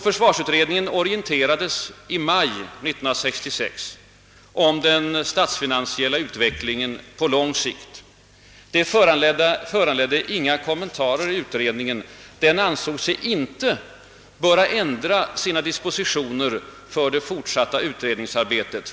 Försvarsutredningen orienterades i maj 1966 om den statsfinansiella utvecklingen på lång sikt. Detta föranledde inga kommentarer i utredningen — den ansåg sig inte böra ändra sina dispositioner för det fortsatta utredningsarbetet.